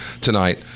tonight